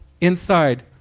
inside